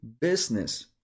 business